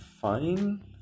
fine